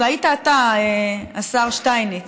זה היית אתה, השר שטייניץ.